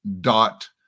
dot